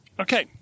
Okay